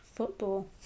Football